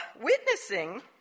witnessing